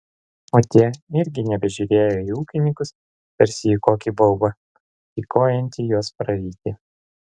o tie irgi nebežiūrėjo į ūkininkus tarsi į kokį baubą tykojantį juos praryti